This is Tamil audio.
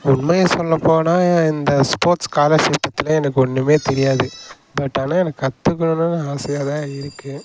உண்மையை சொல்லப் போனால் இந்த ஸ்போட்ஸ் ஸ்காலர்ஷிப் பற்றிலாம் எனக்கு ஒன்றுமே தெரியாது பட் ஆனால் எனக்கு கத்துக்கணும்னு ஆசையாக தான் இருக்கு